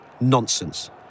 Nonsense